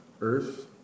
Earth